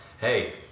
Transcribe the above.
hey